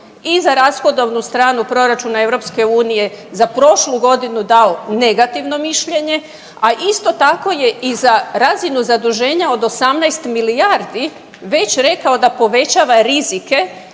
i za rashodovnu stranu proračuna EU za prošlu godinu dao negativno mišljenje, a isto tako je i za razinu zaduženja od 18 milijardi već rekao da povećava rizike